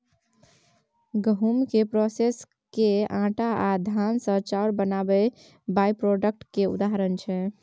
गहुँम केँ प्रोसेस कए आँटा आ धान सँ चाउर बनाएब बाइप्रोडक्ट केर उदाहरण छै